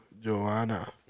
Joanna